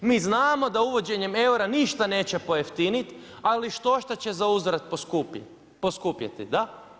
Mi znamo da uvođenjem eura, ništa neće pojeftiniti, ali štošta će za uzvrat poskupjeti, da.